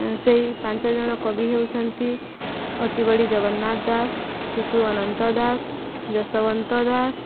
ସେଇ ପାଞ୍ଚ ଜଣ କବି ହେଉଛନ୍ତି ଅତିବଡ଼ି ଜଗନ୍ନାଥ ଦାସ ଶିଶୁ ଅନନ୍ତ ଦାସ ଯଶବନ୍ତ ଦାସ